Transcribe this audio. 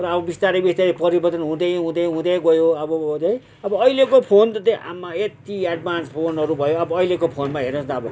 र अब बिस्तारी बिस्तारी परिवर्तन हुँदै हुँदै हुँदै गयो अब चाहिँ अब अहिलेको फोन त त्यो आम्मा यति एडभान्स फोनहरू भयो अब अहिलेको फोनमा हेर्नुहोस् न अब